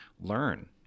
learn